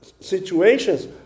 situations